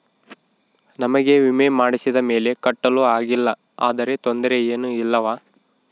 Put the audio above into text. ನಮಗೆ ವಿಮೆ ಮಾಡಿಸಿದ ಮೇಲೆ ಕಟ್ಟಲು ಆಗಿಲ್ಲ ಆದರೆ ತೊಂದರೆ ಏನು ಇಲ್ಲವಾ?